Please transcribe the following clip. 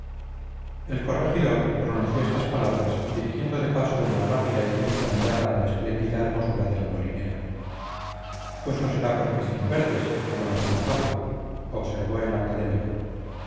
el corregidor pronunció estas palabras dirigiendo de paso una rápida y cínica mirada a la espléndida hermosura de la molinera pues no será porque estén verdes como las de la fábula observó el académico